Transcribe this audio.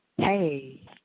Hey